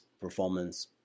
performance